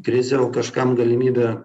krizė o kažkam galimybė